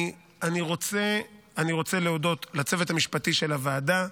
אני רוצה להודות גם לצוות המשפטי של הוועדה,